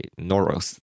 Noros